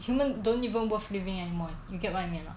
human don't even worth living anymore you get what I mean or not